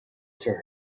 for